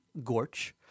Gorch